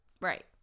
Right